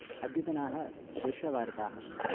अद्यतनाः शेषवार्ताः